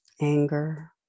anger